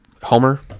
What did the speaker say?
Homer